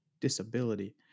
disability